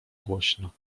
głośno